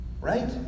Right